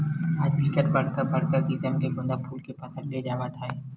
आज बिकट बड़का बड़का किसम के गोंदा फूल के फसल ले जावत हे